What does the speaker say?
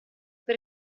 per